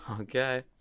Okay